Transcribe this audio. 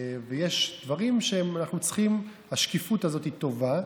ויש דברים שאנחנו צריכים, השקיפות הזאת טובה.